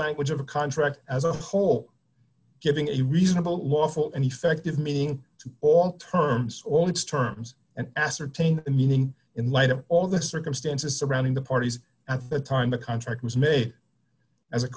language of a contract as a whole giving a reasonable lawful d and effective meaning to all terms all its terms and ascertain the meaning in light of all the circumstances surrounding the parties at the time the contract was made as a